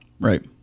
Right